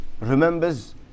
remembers